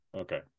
Okay